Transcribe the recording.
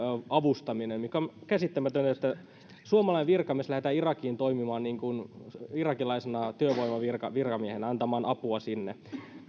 avustaminen on käsittämätöntä että suomalainen virkamies lähetetään irakiin toimimaan niin kuin irakilaisena työvoimavirkamiehenä lähetetään antamaan apua sinne